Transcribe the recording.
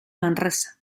manresa